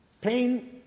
Pain